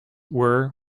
were